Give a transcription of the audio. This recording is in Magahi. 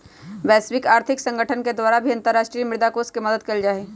वैश्विक आर्थिक संगठन के द्वारा भी अन्तर्राष्ट्रीय मुद्रा कोष के मदद कइल जाहई